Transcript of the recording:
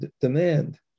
demand